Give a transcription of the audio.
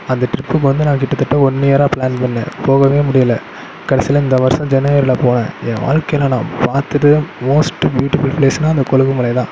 அந்த ட்ரிப்புக்கு வந்து நான் கிட்டத்தட்ட ஒன் இயராக பிளான் பண்ணேன் போகவே முடியல கடைசில இந்த வர்ஷம் ஜனவரியில் போனேன் என் வாழ்க்கையில் நான் பார்த்துட்டு மோஸ்ட்டு பியூட்டிஃபுல் பிளேஸ்னா அந்த கொழுகுமலை தான்